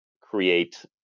create